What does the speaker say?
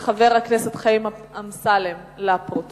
התש"ע (18 בנובמבר 2009):